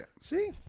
See